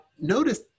notice